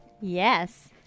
Yes